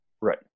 Right